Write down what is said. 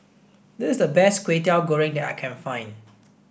this is the best Kway Teow Goreng that I can find